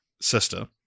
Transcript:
sister